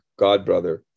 godbrother